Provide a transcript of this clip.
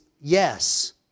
yes